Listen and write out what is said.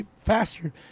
faster